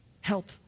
Help